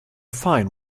fine